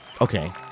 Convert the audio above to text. Okay